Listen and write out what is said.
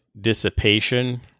dissipation